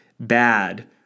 bad